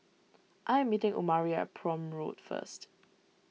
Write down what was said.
I am meeting Omari Prome Road first